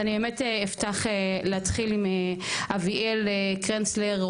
אני רוצה להתחיל עם אביאל קרנצלר,